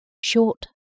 Short